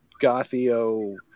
gothio